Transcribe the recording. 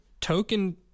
token